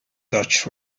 dutch